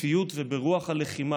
בהתקפיות וברוח הלחימה.